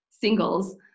singles